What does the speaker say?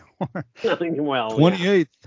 28th